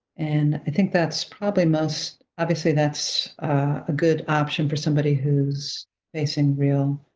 and i think that's probably most, obviously, that's a good option for somebody who's facing real